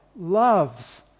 loves